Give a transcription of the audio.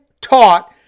taught